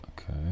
Okay